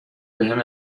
بهم